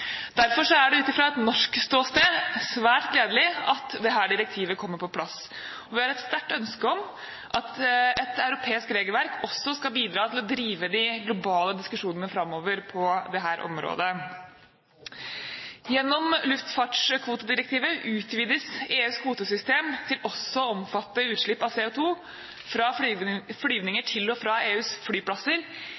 Derfor er det ut fra et norsk ståsted svært gledelig at dette direktivet kommer på plass, og vi har et sterkt ønske om at et europeisk regelverk også skal bidra til å drive de globale diskusjonene framover på dette området. Gjennom luftfartskvotedirektivet utvides EUs kvotesystem til også å omfatte utslipp av CO2 fra flygninger til og fra